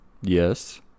Yes